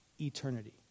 eternity